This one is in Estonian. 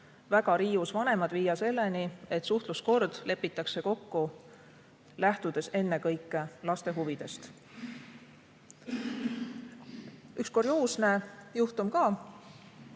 väga riius vanemad viia selleni, et suhtluskord lepitakse kokku ennekõike lähtudes laste huvidest. Üks kurioosne juhtum ka.